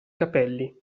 capelli